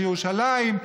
של ירושלים.